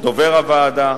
דובר הוועדה,